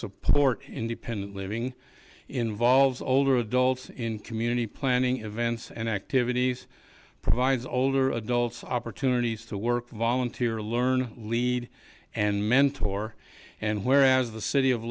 support independent living involves older adults in community planning events and activities provides older adults opportunities to work volunteer learn lead and mentor and whereas the city of